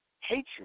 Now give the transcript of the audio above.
hatred